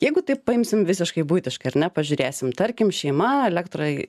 jeigu taip paimsim visiškai buitiškai ar ne pažiūrėsim tarkim šeima elektrai